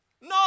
No